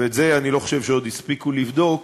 ואת זה אני לא חושב שהספיקו לבדוק: